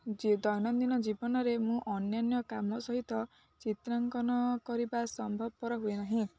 ଦୈନନ୍ଦିନ ଜୀବନରେ ମୁଁ ଅନ୍ୟାନ୍ୟ କାମ ସହିତ ଚିତ୍ରାଙ୍କନ କରିବା ସମ୍ଭବପର ହୁଏ ନାହିଁ